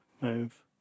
move